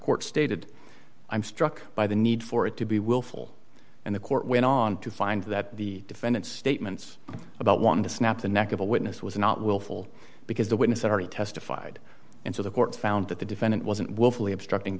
court stated i'm struck by the need for it to be willful and the court went on to find that the defendant's statements about wanting to snap the neck of a witness was not willful because the witness already testified and so the court found that the defendant wasn't willfully obstructing